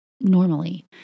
normally